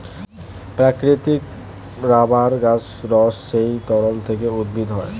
প্রাকৃতিক রাবার গাছের রস সেই তরল থেকে উদ্ভূত হয়